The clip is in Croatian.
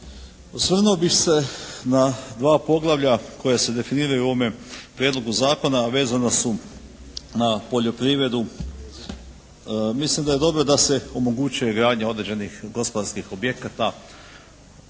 Osvrnuo bih se na dva poglavlja koja se definiraju u ovome prijedlogu zakona a vezana su na poljoprivredu. Mislim da je dobro da se omogući gradnja određenih gospodarskih objekata